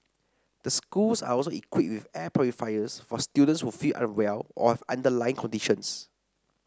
the schools are also equipped with air purifiers for students who feel unwell or have underlie conditions